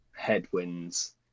headwinds